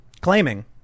claiming